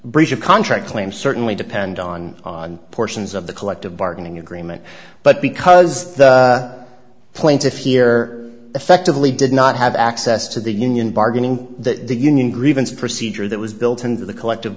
of contract claim certainly depend on on portions of the collective bargaining agreement but because the plaintiff here effectively did not have access to the union bargaining that the union grievance procedure that was built into the collective